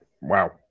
wow